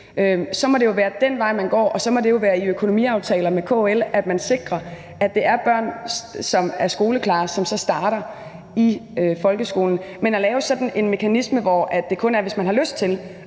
Så må det jo være den vej, man går, og så må det jo være i økonomiaftaler med KL, man sikrer, at det er børn, som er skoleklar, som så starter i folkeskolen. Men at lave sådan en mekanisme, hvor det kun er, hvis man har lyst til